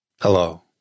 Hello